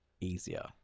easier